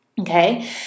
Okay